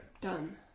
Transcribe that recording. Done